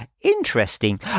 interesting